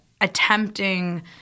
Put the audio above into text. attempting